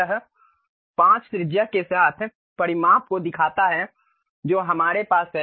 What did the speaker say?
यह 5 त्रिज्या के साथ परिमाप को दिखाता है जो हमारे पास है